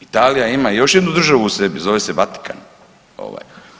Italija ima još jednu državu u sebi, zove se Vatikan.